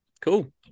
Cool